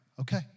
Okay